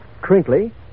crinkly